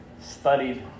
studied